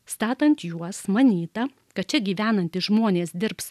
statant juos manyta kad čia gyvenantys žmonės dirbs